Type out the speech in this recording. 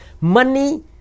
Money